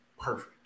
perfect